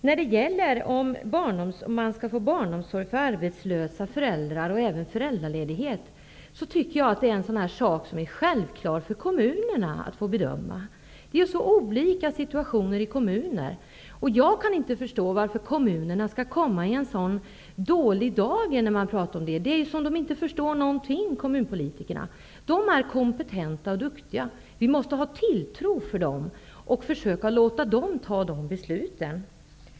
Barnomsorg och även föräldraledighet för arbetslösa föräldrar tycker jag är en sak som kommunerna själva får bedöma. Det är så olika situation i kommuner. Jag kan inte förstå varför kommunerna alltid skall komma i en så dålig dager när man talar om detta. Det verkar som om kommunpolitikerna inte förstår någonting. Men de är kompetenta och duktiga. Vi måste ha tilltro till dem och låta dem fatta besluten.